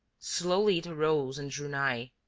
slowly it arose and drew nigh,